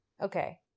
Okay